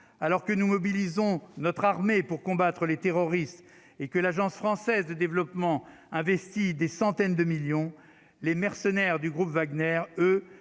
alors que nous mobilisons notre armée pour combattre les terroristes et que l'Agence Française de Développement investi des centaines de millions les mercenaires du groupe Wagner eux